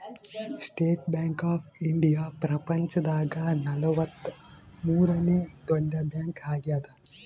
state Bank of India ಪ್ರಪಂಚ ದಾಗ ನಲವತ್ತ ಮೂರನೆ ದೊಡ್ಡ ಬ್ಯಾಂಕ್ ಆಗ್ಯಾದ